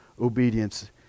obedience